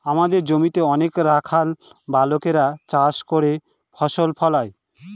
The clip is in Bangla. আমাদের জমিতে অনেক রাখাল বালকেরা চাষ করে ফসল ফলায়